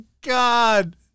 God